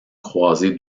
croisée